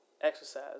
exercise